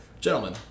Gentlemen